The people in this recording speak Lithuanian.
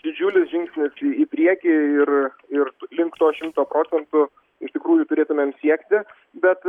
didžiulis žingsnis į priekį ir ir link to šimto procentų iš tikrųjų turėtumėm siekti bet